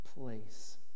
place